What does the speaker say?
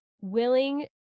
willing